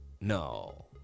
No